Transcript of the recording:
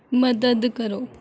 ਮਦਦ ਕਰੋ